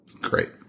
Great